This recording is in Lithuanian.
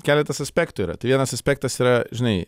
keletas aspektų yra tai vienas aspektas yra žinai